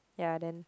ya then